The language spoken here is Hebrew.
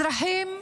אזרחים,